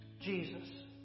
Jesus